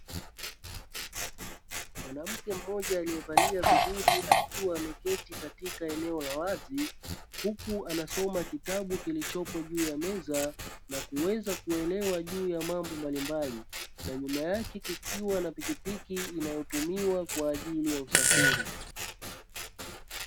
Mwanamke mmoja aliyevalia vizuri akiwa ameketi katika eneo la wazi, huku anasoma kitabu kilichopo juu ya meza na kuweza kuelewa juu ya mambo mbalimbali na nyuma yake kukiwa na pikipiki inayotumiwa kwa ajili ya usafiri.